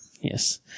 yes